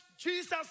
Jesus